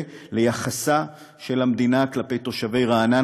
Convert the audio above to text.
ליחסה של המדינה כלפי תושבי רעננה,